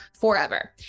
forever